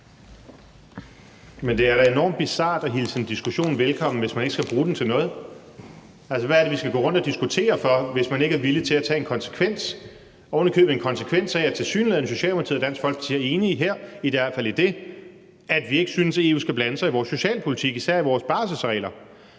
Messerschmidt (DF): Det er da enormt bizart at hilse en diskussion velkommen, hvis man ikke skal bruge den til noget. Hvad er det, vi skal gå rundt og diskutere for, hvis man ikke er villig til at tage en konsekvens – og ovenikøbet en konsekvens, hvor Socialdemokratiet og Dansk Folkeparti tilsyneladende er enige her, i hvert fald i, at vi ikke synes, at EU skal blande sig i vores socialpolitik, især ikke i vores barselsregler?